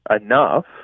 enough